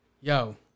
Yo